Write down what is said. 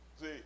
See